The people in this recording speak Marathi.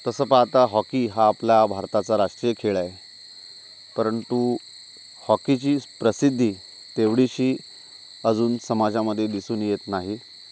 तसं पाहता हॉकी हा आपला भारताचा राष्ट्रीय खेळ आहे परंतु हॉकीचीच प्रसिद्धी तेवढीशी अजून समाजामध्ये दिसून येत नाही